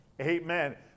Amen